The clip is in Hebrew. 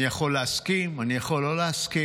אני יכול להסכים, אני יכול לא להסכים,